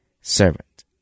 servant